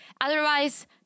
Otherwise